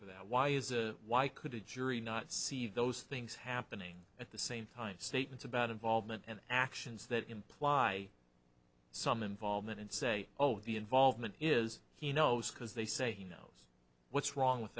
for that why is a why could it jury not see those things happening at the same time statements about involvement and actions that imply some involvement and say oh the involvement is he knows because they say he knows what's wrong with